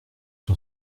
son